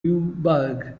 newburgh